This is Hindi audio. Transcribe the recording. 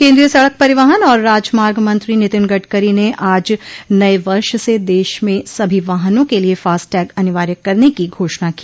केन्द्रीय सड़क परिवहन और राजमार्ग मंत्री नितिन गडकरी ने आज नए वर्ष से देश में सभी वाहनों के लिए फास्टैग अनिवार्य करने की घोषणा की